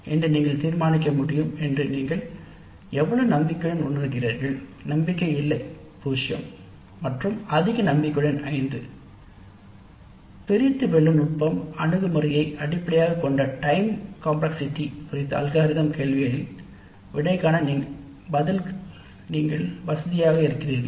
என்று நீங்கள் தீர்மானிக்க முடியும் என்று நீங்கள் எவ்வளவு நம்பிக்கையுடன் உணர்கிறீர்கள் நம்பிக்கை இல்லை 0 முதல் அதிக நம்பிக்கையுடன் 5 பிரித்து வெல்லும் நுட்பம் அணுகுமுறையை அடிப்படையாகக் கொண்ட டைம் காம்ப்ளக்ஸ் சிட்டி குறித்த அல்காரிதம் கேள்வியில் விடைகாண பதில் நீங்கள் வசதியாக இருக்கிறீர்களா